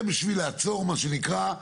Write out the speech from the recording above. זה בשביל לעצור, מה שנקרא,